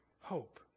hope